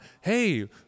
Hey